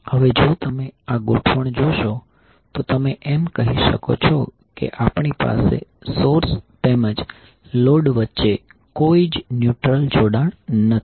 હવે જો તમે આ ગોઠવણ જોશો તો તમે એમ કહી શકો છો કે આપણી પાસે સોર્સ તેમજ લોડ વચ્ચે કોઈ ન્યુટ્રલ જોડાણ નથી